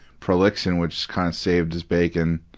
prolixin, which kind of saved his bacon.